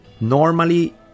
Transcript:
Normally